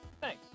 thanks